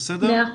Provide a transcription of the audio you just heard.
בסדר.